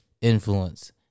influence